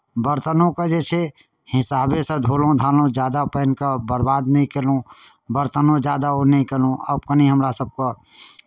बरतनोके जे छै हिसाबेसँ धोलहुँ धालहुँ ज्यादा पानिकेँ बरबाद नहि कयलहुँ बरतनो ज्यादा ओ नहि कयलहुँ आब कनि हमरासभकेँ